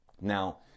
Now